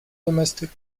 domestic